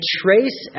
trace